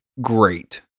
great